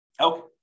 Okay